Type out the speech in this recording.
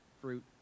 fruit